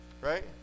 Right